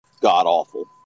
god-awful